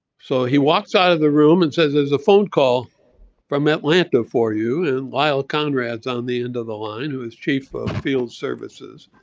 so he walks out of the room and says there's a phone call from atlanta for you. and lyle conrad's on the end of the line, who is chief of field services,